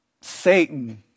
Satan